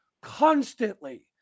constantly